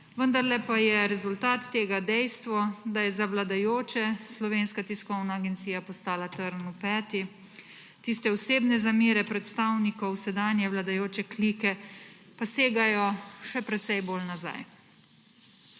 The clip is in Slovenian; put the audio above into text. vendarle pa je rezultat tega dejstvo, da je zavladajoče Slovenska tiskovna agencija postala trn v peti tiste osebne zamere predstavnikov sedanje vladajoče klike pa segajo še precej bolj nazaj.